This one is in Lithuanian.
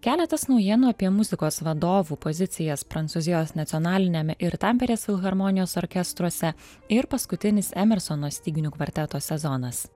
keletas naujienų apie muzikos vadovų pozicijas prancūzijos nacionaliniame ir tamperės filharmonijos orkestruose ir paskutinis emersono styginių kvarteto sezonas